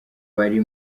bari